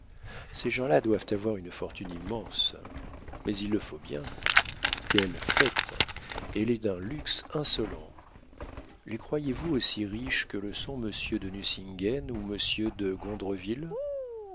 ces gens-là doivent avoir une fortune immense mais il le faut bien quelle fête elle est d'un luxe insolent les croyez-vous aussi riches que le sont monsieur de nucingen ou monsieur de